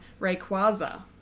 Rayquaza